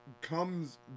comes